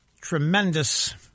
Tremendous